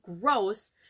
gross